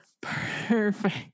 Perfect